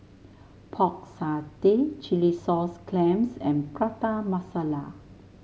Pork Satay Chilli Sauce Clams and Prata Masala